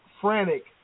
frantic